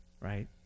right